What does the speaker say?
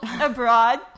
abroad